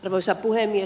arvoisa puhemies